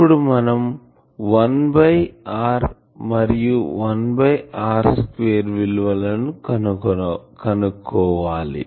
ఇప్పుడు మనం 1 by r మరియు 1 బై r2 స్క్వేర్ విలువలను కనుక్కోవాలి